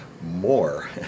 more